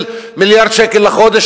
של מיליארד שקל לחודש,